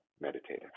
meditative